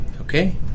Okay